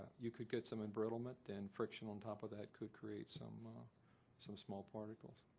you could get some embrittlement and friction on top of that could create some some small particles.